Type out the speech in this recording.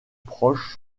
proches